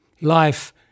Life